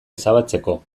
ezabatzeko